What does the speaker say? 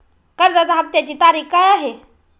कर्जाचा हफ्त्याची तारीख काय आहे?